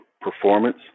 performance